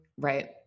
Right